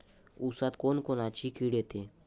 ऊसात कोनकोनची किड येते?